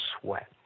sweat